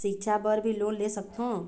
सिक्छा बर भी लोन ले सकथों?